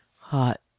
Hot